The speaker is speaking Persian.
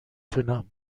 تونم